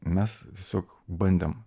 mes tiesiog bandėm